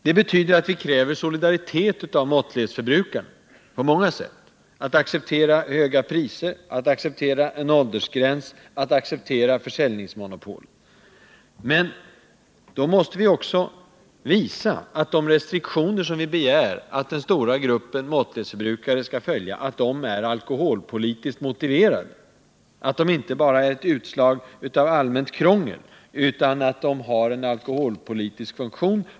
Det betyder att vi på många sätt kräver solidaritet av måttlighetsförbrukarna — att de accepterar höga priser, att de accepterar en åldersgräns och att de accepterar försäljningsmonopol. Men då måste vi också visa att de restriktioner som vi begär att den stora gruppen måttlighetsförbrukare skall följa är alkoholpolitiskt motiverade, att de inte bara är utslag av allmänt krångel utan att de har en alkoholpolitisk funktion.